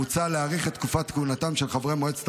מוצע להאריך את תקופת כהונתם של חברי מועצת